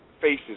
faces